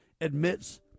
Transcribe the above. admits